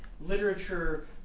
literature